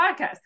podcast